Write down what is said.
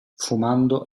fumando